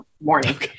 Morning